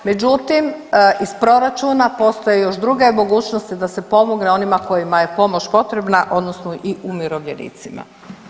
Međutim, iz proračuna postoje još druge mogućnosti, da se pomogne onima koji je pomoć potrebna odnosno i umirovljenicima.